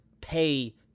pay